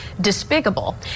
despicable